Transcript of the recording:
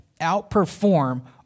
outperform